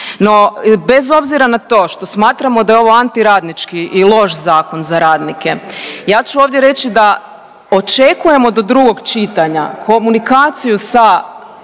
No, bez obzira na to što smatramo da je ovo antiradnički i loš zakon za radnike, ja ću ovdje reći da očekujemo do drugog čitanja komunikaciju sa